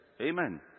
Amen